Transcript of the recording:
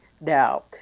now